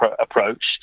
approach